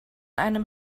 einem